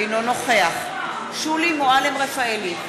אינו נוכח שולי מועלם-רפאלי,